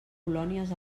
colònies